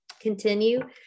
Continue